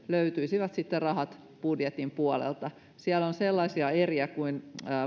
löytyisivät sitten rahat budjetin puolelta siellä on sellaisia eriä kuin